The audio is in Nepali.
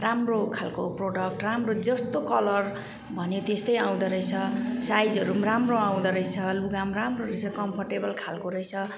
राम्रो खालको प्रडक्ट जस्तो राम्रो जस्तो कलर भन्यो त्यस्तै आउँदोरहेछ साइजहरू पनि राम्रो आउँदोरहेछ लुगा पनि राम्रो रहेछ कम्फोर्टेबल खालको रहेछ